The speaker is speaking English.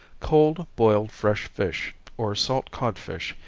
cold boiled fresh fish, or salt codfish,